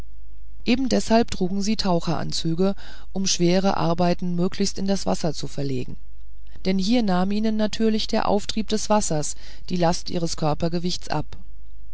eben deshalb trugen sie taucheranzüge um schwere arbeiten möglichst in das wasser zu verlegen denn hier nahm ihnen natürlich der auftrieb des wassers die last ihres körpergewichts ab